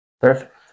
Perfect